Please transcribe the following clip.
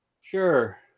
Sure